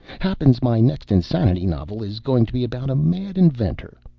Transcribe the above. happens my next insanity novel is goin' to be about a mad inventor.